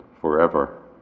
forever